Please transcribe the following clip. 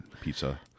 pizza